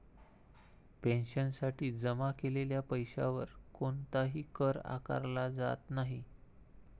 पेन्शनसाठी जमा केलेल्या पैशावर कोणताही कर आकारला जात नाही